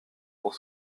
pour